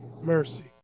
Mercy